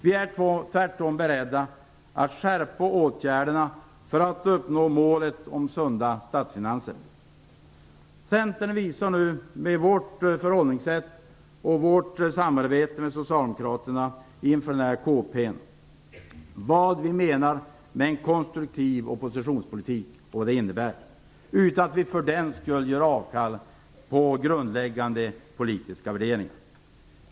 Vi är tvärtom beredda att skärpa åtgärderna för att uppnå målet sunda statsfinanser. Vi i Centern visar nu genom vårt förhållningssätt och vårt samarbete med Socialdemokraterna inför denna kompletteringsproposition vad vi menar att en konstruktiv oppositionspolitik innebär utan att vi för den skull gör avkall på grundläggande politiska värderingar.